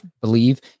believe